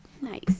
nice